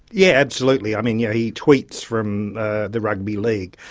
yeah absolutely. i mean, yeah he tweets from the rugby league.